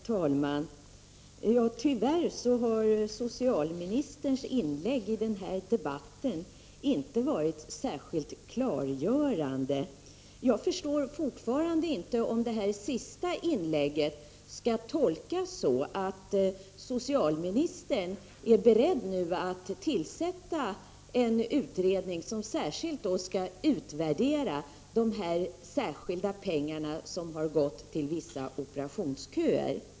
Herr talman! Tyvärr har socialministerns inlägg i den här debatten inte varit särskilt klargörande. Jag förstår fortfarande inte om det sista inlägget skall tolkas på så sätt att socialministern nu är beredd att tillsätta en utredning som särskilt skall utvärdera vad som hänt med de pengar som gått till vissa operationsköer.